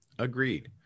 Agreed